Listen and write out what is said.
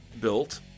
built